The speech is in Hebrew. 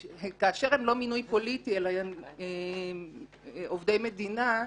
כאשר הם לא מינוי פוליטי אלא הם עובדי מדינה,